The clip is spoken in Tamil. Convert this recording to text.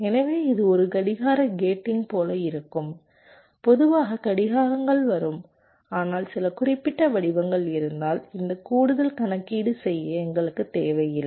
எனவே இது ஒரு கடிகார கேட்டிங் போல இருக்கும் பொதுவாக கடிகாரங்கள் வரும் ஆனால் சில குறிப்பிட்ட வடிவங்கள் இருந்தால் இந்த கூடுதல் கணக்கீடு செய்ய எங்களுக்கு தேவையில்லை